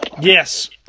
Yes